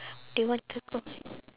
they want to go